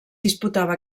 disputava